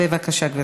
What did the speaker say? בבקשה, גברתי.